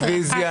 הרביזיה?